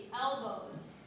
elbows